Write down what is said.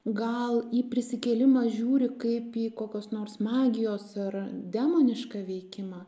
gal į prisikėlimą žiūri kaip į kokios nors magijos ar demonišką veikimą